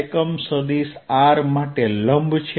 એકમ સદિશ r માટે લંબ છે